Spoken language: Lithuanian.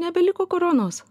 nebeliko koronos